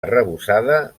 arrebossada